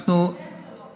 אתה יודע שזה לא הפתרון.